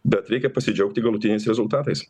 bet reikia pasidžiaugti galutiniais rezultatais